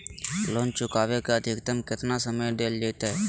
Loan चुकाबे के अधिकतम केतना समय डेल जयते?